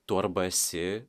tu arba esi